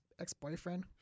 ex-boyfriend